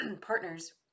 partners